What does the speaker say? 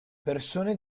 persone